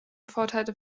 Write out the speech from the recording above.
vorteile